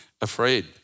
afraid